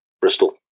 Bristol